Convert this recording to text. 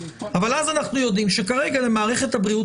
אבל אז אנחנו יודעים שכרגע למערכת הבריאות